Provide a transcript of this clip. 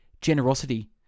Generosity